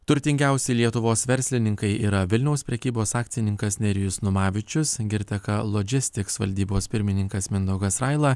turtingiausi lietuvos verslininkai yra vilniaus prekybos akcininkas nerijus numavičius girteka logistics valdybos pirmininkas mindaugas raila